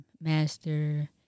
master